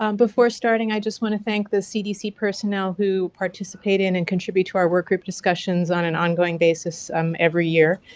um before starting, i just want to thank the cdc personnel who participate in and contribute to our work group discussions on an ongoing basis um every year.